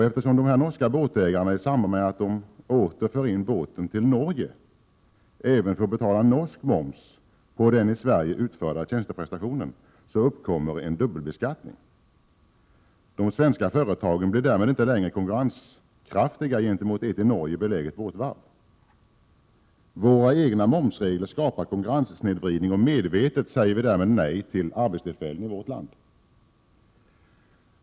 Eftersom den norske båtägaren i samband med att denne åter för in båten till Norge även får betala norsk moms på den i Sverige utförda tjänsteprestationen, uppkommer en dubbelbeskattning. De svenska företagen blir därmed inte längre konkurrenskraftiga gentemot ett i Norge beläget båtvarv. Våra egna momsregler skapar konkurrenssnedvridning, och medvetet säger vi därmed nej till arbetstillfällen i vårt land.